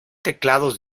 teclados